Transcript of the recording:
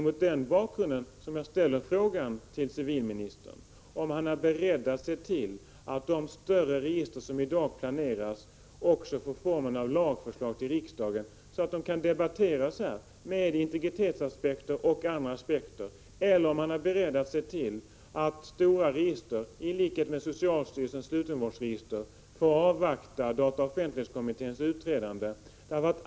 Mot denna bakgrund frågar jag civilministern om han är beredd att se till att ärendena då det gäller de större register som i dag planeras får formen av 93 lagförslag till riksdagen, så att de kan debatteras här utifrån integritetsaspekter och andra aspekter. Och är civilministern beredd att se till att man när det gäller stora register liksom när det gäller socialstyrelsens slutenvårdsregister får avvakta dataoch offentlighetskommitténs utredande?